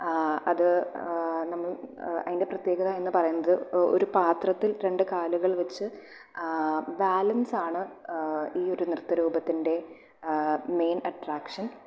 അത് നമ്മൾ അതിൻ്റെ പ്രത്യേകത എന്ന് പറയുന്നത് ഒരു പാത്രത്തിൽ രണ്ട് കാലുകൾ വച്ച് ബാലൻസാണ് ഈ ഒരു നൃത്ത രൂപത്തിൻ്റെ മെയിൻ അട്രാക്ഷൻ